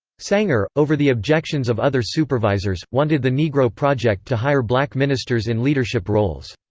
sanger, over the objections of other supervisors, wanted the negro project to hire black ministers in leadership roles.